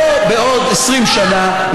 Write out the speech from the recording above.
לא בעוד 20 שנה,